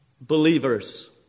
believers